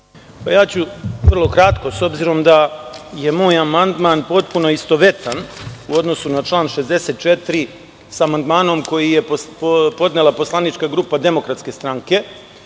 ću kratko, s obzirom da je moj amandman potpuno istovetan u odnosu na član 64. sa amandmanom koji je podnela poslanička grupa DS, te imajući